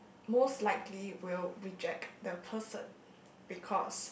most likely will reject the person because